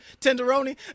tenderoni